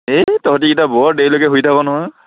এই তহঁতিকিটা বৰ দেৰিলৈকে শুই থাক' নহয়